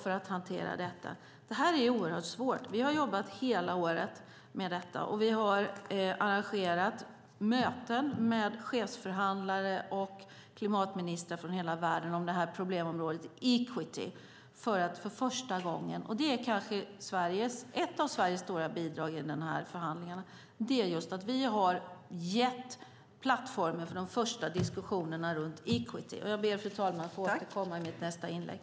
Det här är oerhört svårt. Vi har jobbat hela året med detta. Vi har arrangerat möten med chefsförhandlare och klimatministrar från hela världen om problemområdet equity. Ett av Sveriges stora bidrag i de här förhandlingarna är just att vi har gett plattformen för de första diskussionerna om equity. Jag ber, fru talman, att få återkomma till det i mitt nästa inlägg.